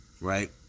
right